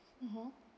mmhmm